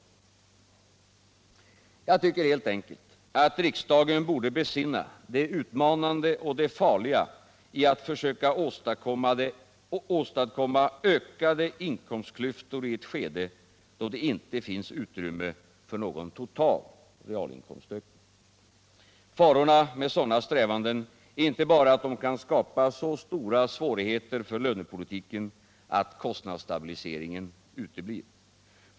Jag tycker helt enkelt att riksdagen borde besinna det utmanande och det farliga i att försöka åstadkomma ökade inkomstklyftor i ett skede, då det inte finns utrymme för någon total realinkomstökning. Farorna med sådana strävanden är inte bara att de kan skapa så stora svårigheter för lönepolitiken, att kostnadsstabiliseringen uteblir.